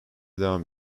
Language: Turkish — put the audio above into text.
devam